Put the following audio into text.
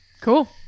cool